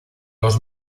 los